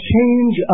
change